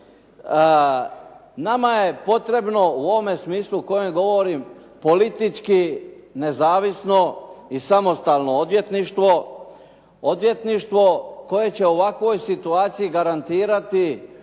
Nama je potrebno u ovom smislu o kojem govorim politički, nezavisno i samostalno odvjetništvo. Odvjetništvo koje će u ovakvoj situaciji garantirati